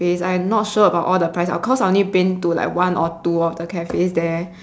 cafes I am not sure about all the price cause I only been to like one or two of the cafes there